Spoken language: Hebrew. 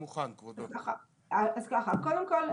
קודם כל,